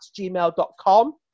gmail.com